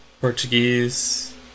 Portuguese